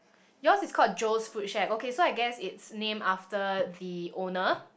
yours is called Joe's food shack okay so I guess so it's named after the owner